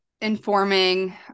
informing